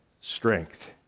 strength